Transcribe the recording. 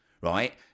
right